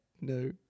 no